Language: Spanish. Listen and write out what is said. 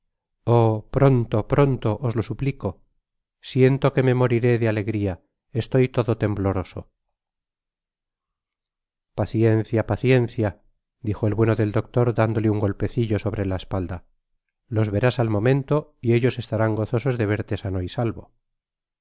oh pronto pronto os lo suplico siento que mu moriré de alegria estoy todo tembloroso paciencia paciencia dijo el bueno del doctor dándole un golpecillo sobre la espalda los verás al momento y ellos estarán gozosos de verte sano y salvo